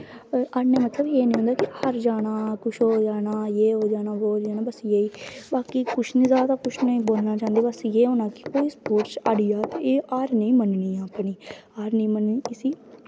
हारनें दा मतलब एह् निं होंदा कि हारी जाना किश होई जा जे होई जाना बो होई जाना बस एही बाकी किश निं जैदा बोलना चांह्दी बस एही होना कि स्पोर्टस च हारी जा ते हार नेईं मन्ननी अपनी हार निं मन्ननी इसी